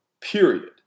period